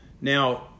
Now